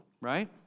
right